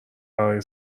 برای